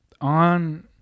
on